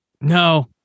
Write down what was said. No